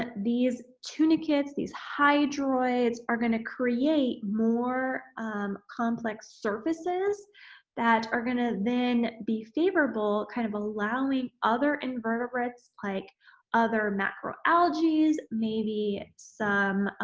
but these tunicates, these hydroids are gonna create more complex surfaces that are gonna then be favorable kind of allowing other invertebrates like other macro algaes, maybe some